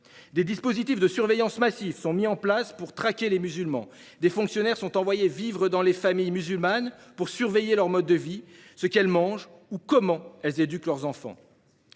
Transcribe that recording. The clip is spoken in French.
Des dispositifs de surveillance massive sont mis en place pour traquer les musulmans. Des fonctionnaires sont envoyés vivre dans les familles musulmanes pour surveiller leur mode de vie, ce qu'elles mangent ou la manière dont elles éduquent leurs enfants.